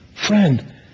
Friend